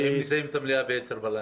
ואם נסיים את המליאה ב-22:00?